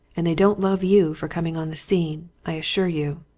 and they don't love you for coming on the scene, i assure you!